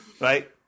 Right